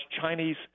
Chinese